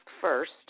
First